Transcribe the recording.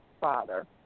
Father